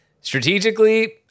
Strategically